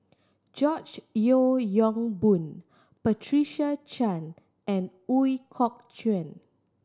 George Yeo Yong Boon Patricia Chan and Ooi Kok Chuen